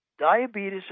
Diabetes